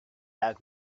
had